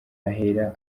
ahera